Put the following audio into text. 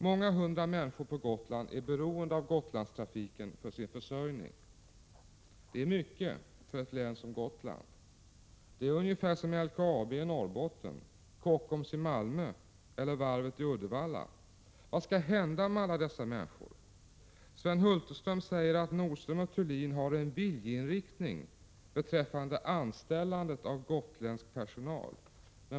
Många hundra människor på Gotland är beroende av Gotlandstrafiken för sin försörjning. Det är mycket för ett län som Gotland. Det är ungefär som LKAB i Norrbotten, Kockums i Malmö eller varvet i Uddevalla. Vad skall hända med alla dessa människor? Sven Hulterström säger att Nordström & Thulin har en viljeinriktning beträffande anställandet av gotländsk personal.